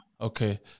Okay